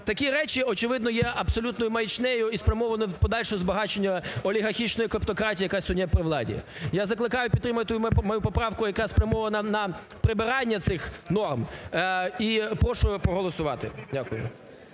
Такі речі, очевидно, є абсолютною маячнею і спрямовані до подальшого збагачення олігархічної клептократії, яка сьогодні при владі. Я закликаю підтримати мою поправку, яка спрямована на прибирання цих норм і прошу її проголосувати. Дякую.